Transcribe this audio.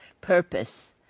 purpose